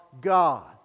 God